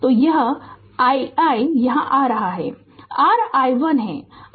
तो यह i1 यहाँ आ रहा है यह r i1 है